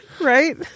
Right